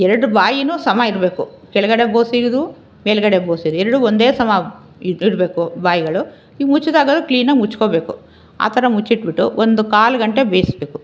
ಎರ್ಡು ಬಾಯಿನು ಸಮ ಇರಬೇಕು ಕೆಳಗಡೆ ಗೋಸಿದ್ದು ಮೇಲ್ಗಡೆ ಗೋಸಿದ್ದು ಎರಡು ಒಂದೇ ಸಮ ಇಡಬೇಕು ಬಾಯಿಗಳು ಇವು ಮುಚ್ಚಿದಾಗಲು ಕ್ಲೀನಾಗಿ ಮುಚ್ಕೊಬೇಕು ಆ ಥರ ಮುಚ್ಚಿಟ್ಬಿಟ್ಟು ಒಂದು ಕಾಲು ಗಂಟೆ ಬೇಯಿಸ್ಬೇಕು